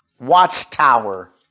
Watchtower